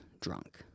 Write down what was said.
drunk